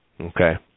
okay